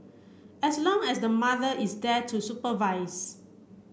as long as the mother is there to supervise